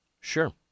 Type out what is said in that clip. Sure